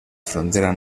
frontera